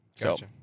Gotcha